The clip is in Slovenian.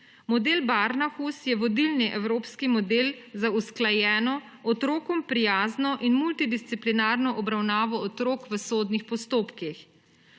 Model Barnahus je vodilni evropski model za usklajeno, otrokom prijazno in multidisciplinarno obravnavo otrok v sodnih postopkih.